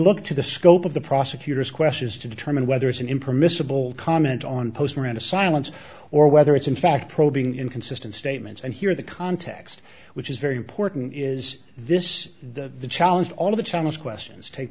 look to the scope of the prosecutor's questions to determine whether it's an impermissible comment on posts around a silence or whether it's in fact probing inconsistent statements and here the context which is very important is this the challenge all of the channels questions take